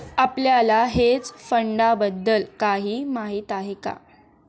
आपल्याला हेज फंडांबद्दल काही माहित आहे का?